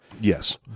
yes